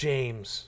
James